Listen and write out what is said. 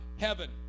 heaven